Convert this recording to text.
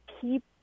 keep